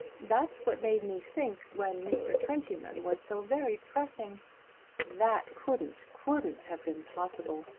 that's what made me think when mr. twentyman was so very pressing that couldn't couldn't have been possible.